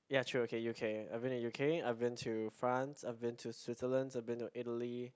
ya true okay U_K I've been to U_K I've been to France I've been to Switzerland I've been to Italy